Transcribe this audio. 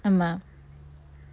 ஆமா:aama